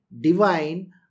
divine